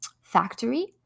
factory